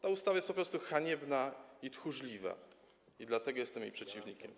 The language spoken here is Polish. Ta ustawa jest po prostu haniebna i tchórzliwa i dlatego jestem jej przeciwnikiem.